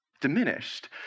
diminished